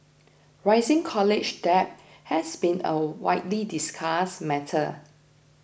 rising college debt has been a widely discussed matter